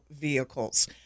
vehicles